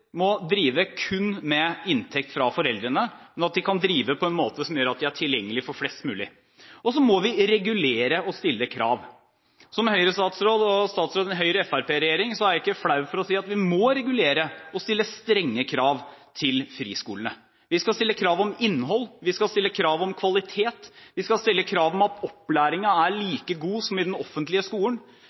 må drive med inntekter kun fra foreldrene, men ved at de kan drive på en måte som gjør at de er tilgjengelige for flest mulig. I tillegg må vi regulere og stille krav. Som Høyre-statsråd, og som statsråd i en Høyre–Fremskrittsparti-regjering, er jeg ikke flau over å si at vi må regulere og stille strenge krav til friskolene. Vi skal stille krav om innhold og kvalitet. Vi skal stille krav om at opplæringen er like god som i den offentlige skolen.